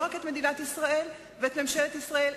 לא רק את מדינת ישראל ואת ממשלת ישראל,